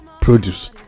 produce